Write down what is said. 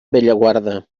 bellaguarda